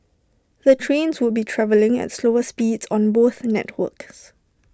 the trains would be travelling at slower speeds on both networks